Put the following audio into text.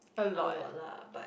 a lot lah but